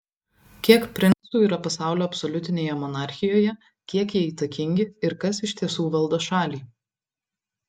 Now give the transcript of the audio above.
kiek princų yra pasaulio absoliutinėje monarchijoje kiek jie įtakingi ir kas iš tiesų valdo šalį